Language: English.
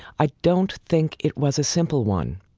i don't think it was a simple one,